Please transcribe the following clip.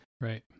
right